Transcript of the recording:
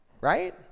right